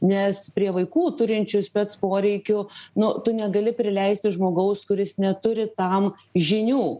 nes prie vaikų turinčių spec poreikių nu tu negali prileisti žmogaus kuris neturi tam žinių